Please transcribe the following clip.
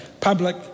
public